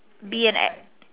be an act